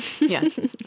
yes